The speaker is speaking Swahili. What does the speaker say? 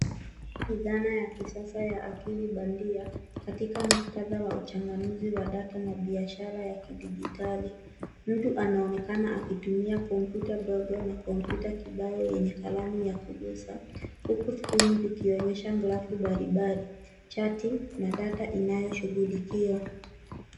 Ni dhana ya kisasa ya akili bandia katika muktadha wa uchanganuzi wa data na biashara ya kidijitali. Mtu anaonekana akitumia kompyuta ndogo na kompyuta kibao yenye kalamu ya kugusa huku skrini zikionyesha grafu mbalimbali, chati na data inayoshughulikiwa.